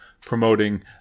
promoting